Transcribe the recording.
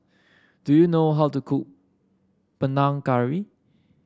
do you know how to cook Panang Curry